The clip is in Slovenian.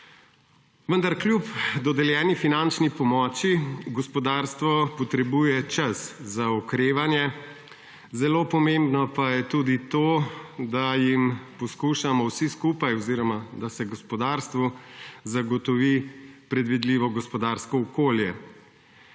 Vendar kljub dodeljeni finančni pomoči gospodarstvo potrebuje čas za okrevanje. Zelo pomembno pa je tudi to, da se gospodarstvu zagotovi predvidljivo gospodarsko okolje.